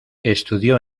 estudió